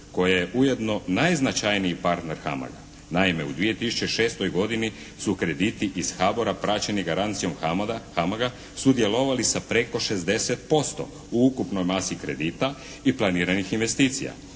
koja je ujedno najznačajniji partner HAMAG-a. Naime, u 2006. godini su krediti iz HBOR-a praćeni garancijom HAMAG-a, sudjelovali sa preko 60% u ukupnoj masi kredita i planiranih investicija.